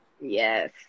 Yes